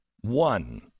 One